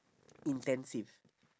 intensive